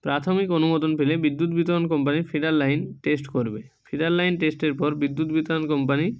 প্রাথমিক অনুমোদন পেলে বিদ্যুৎ বিতরণ কোম্পনি ফিডার লাইন টেস্ট করবে ফিডার লাইন টেস্টের পর বিদ্যুৎ বিতরণ কোম্পানি